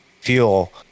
fuel